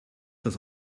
das